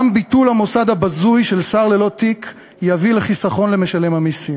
גם ביטול המוסד הבזוי של שר ללא תיק יביא לחיסכון למשלם המסים.